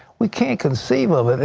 we can't conceive of it.